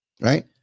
right